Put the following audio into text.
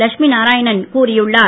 லட்சுமி நாராயணன் கூறியுள்ளார்